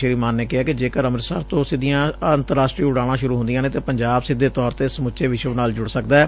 ਸ੍ਰੀ ਮਾਨ ਨੇ ਕਿਹੈ ਕਿ ਜੇਕਰ ਅੰਮੁਤਸਰ ਤੋਂ ਸਿੱਧੀਆਂ ਅੰਤਰਰਾਸ਼ਟਰੀ ਉਡਾਣਾਂ ਸ਼ੁਰੁ ਹੁੰਦੀਆਂ ਨੇ ਤਾਂ ਪੰਜਾਬ ਸਿੱਧੇ ਤੌਰ ਤੇ ਸਮੁੱਚੇ ਵਿਸ਼ਵ ਨਾਲ ਜੁੜ ਸਕਦੈ